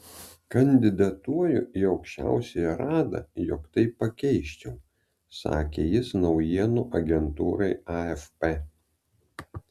kandidatuoju į aukščiausiąją radą jog tai pakeisčiau sakė jis naujienų agentūrai afp